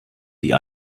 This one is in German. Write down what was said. die